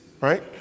Right